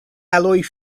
alloy